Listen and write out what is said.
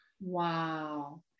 Wow